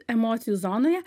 emocijų zonoje